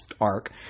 arc